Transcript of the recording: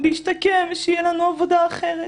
להשתקם ושתהיה לנו עבודה אחרת.